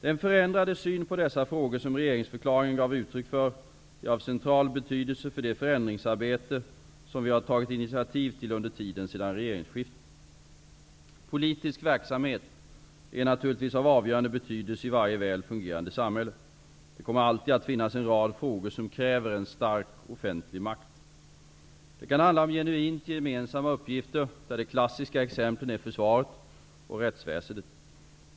Den förändrade syn på dessa frågor som regeringsförklaringen gav uttryck för är av central betydelse för det förändringsarbete som vi har tagit initiativ till under tiden sedan regeringsskiftet. Politisk verksamhet är naturligtvis av avgörande betydelse i varje väl fungerande samhälle. Det kommer alltid att finnas en rad frågor som kräver en stark offentlig makt. Det kan handla om genuint gemensamma uppgifter, där de klassiska exemplen är försvaret och rättsväsendet.